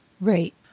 Right